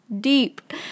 deep